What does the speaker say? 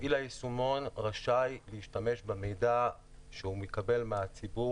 מפעיל היישומון רשאי להשתמש במידע שהוא מקבל מהציבור